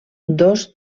dos